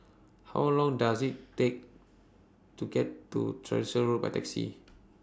How Long Does IT Take to get to Tyersall Road By Taxi